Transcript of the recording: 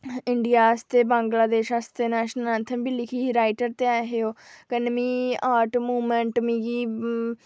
India आस्तै बंगलादेश आस्तै national anthem बी लिखेआ हा राइटर ते है हे ओह् कन्नै मी आर्ट मुमेन्ट मिगी